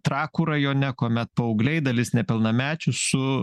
trakų rajone kuomet paaugliai dalis nepilnamečių su